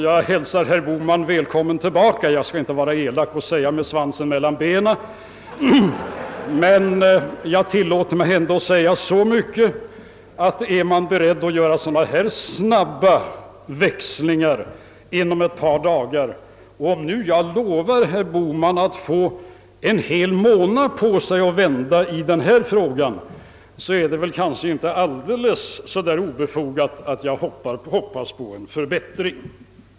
Jag hälsar herr Bohman välkommen tillbaka — jag skall inte vara elak och säga med svansen mellan benen men jag tillåter mig ändå att säga så mycket som att är han beredd att göra så snabba växlingar inom ett par dagar, så kan man aldrig vara säker. Men om jag nu lovar herr Bohman att få en hel månad på sig för att vända om i den här frågan, så är det kanske inte alldeles obefogat att hoppas på en förbättring.